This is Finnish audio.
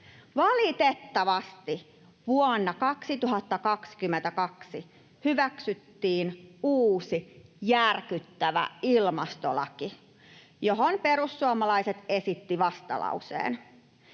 Valitettavasti vuonna 2022 hyväksyttiin uusi järkyttävä ilmastolaki, johon perussuomalaiset esittivät vastalauseen.